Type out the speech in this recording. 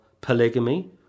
polygamy